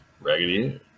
Raggedy